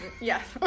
yes